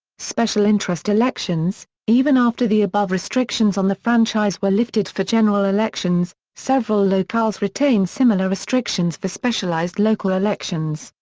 special interest elections even after the above restrictions on the franchise were lifted for general elections, several locales retained similar restrictions for specialized local elections,